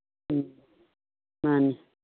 ꯎꯝ ꯃꯥꯅꯤ